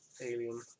alien